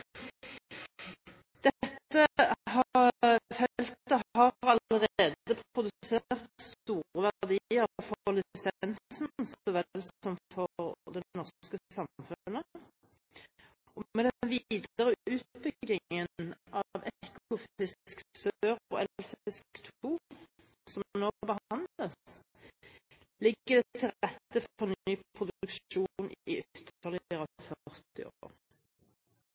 Dette feltet har allerede produsert store verdier for lisensen så vel som for det norske samfunnet, og med den videre utbyggingen av Ekofisk sør og Eldfisk II, som nå behandles, ligger det til rette for ny produksjon i ytterligere 40 år.